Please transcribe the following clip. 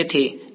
વિદ્યાર્થી